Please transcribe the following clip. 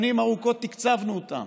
שנים ארוכות תקצבנו אותו.